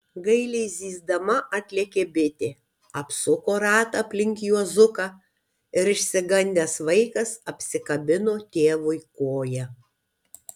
gailiai zyzdama atlėkė bitė apsuko ratą aplink juozuką ir išsigandęs vaikas apsikabino tėvui koją